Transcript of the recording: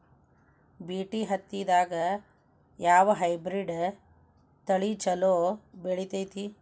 BT ಹತ್ತಿದಾಗ ಯಾವ hybrid ತಳಿ ಛಲೋ ಬೆಳಿತೈತಿ?